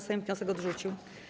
Sejm wniosek odrzucił.